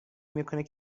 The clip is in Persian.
میکنی